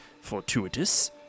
fortuitous